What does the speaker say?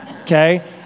Okay